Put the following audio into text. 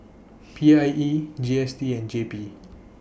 P I E G S T and J P